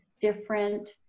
different